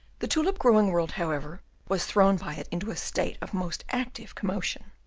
the tulip-growing world, however, was thrown by it into a state of most active commotion.